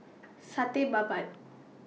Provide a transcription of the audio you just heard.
Satay Babat